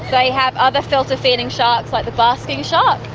so you have other filter feeding sharks, like the basking shark,